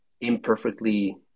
imperfectly